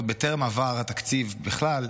עוד בטרם עבר התקציב בכלל,